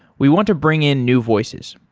we want to bring in new voices.